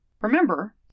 Remember